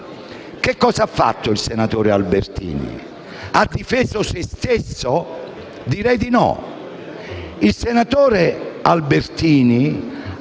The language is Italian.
Cosa ha fatto il senatore Albertini, ha forse difeso se stesso? Direi di no.